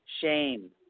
shame